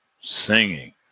Singing